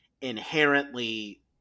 inherently